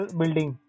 building